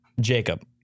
Jacob